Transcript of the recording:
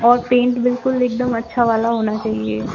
और पेंट बिल्कुल एक दम अच्छा वाला होना चाहिए